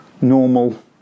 normal